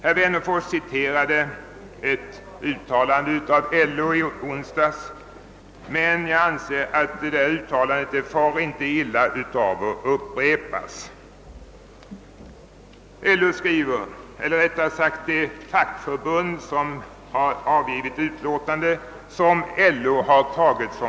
Herr Wennerfors citerade i onsdags ett uttalande ur det fackförbundsyttrande, vilket LO har avgivit som sitt eget. Jag anser att det uttalandet inte far illa av att upprepas.